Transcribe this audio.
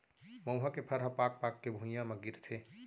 मउहा के फर ह पाक पाक के भुंइया म गिरथे